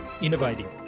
innovating